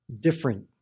different